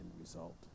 result